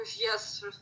yes